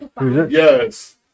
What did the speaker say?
Yes